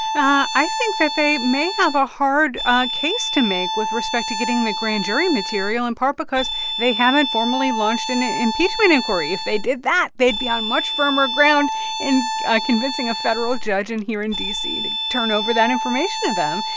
i think that they may have a hard case to make with respect to getting the grand jury material, in part because they haven't formally launched an ah impeachment inquiry. if they did that, they'd be on much firmer ground in convincing a federal judge in here in d c. to turn over that information to them.